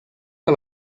que